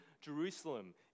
Jerusalem